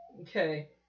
Okay